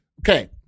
Okay